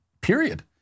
period